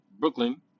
Brooklyn